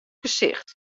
gesicht